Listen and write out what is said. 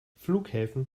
flughäfen